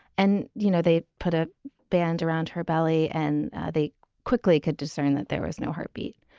and, you know, they put a band around her belly and they quickly could discern that there was no heartbeat.